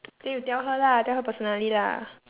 then you tell her lah tell her personally lah